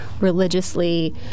religiously